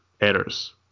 errors